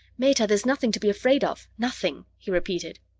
meta, there's nothing to be afraid of nothing, he repeated.